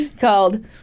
Called